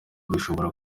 dushobora